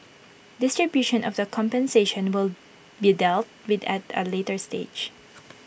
distribution of the compensation will be dealt with at A later stage